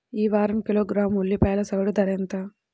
ఈ వారం కిలోగ్రాము ఉల్లిపాయల సగటు ధర ఎంత?